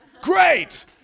great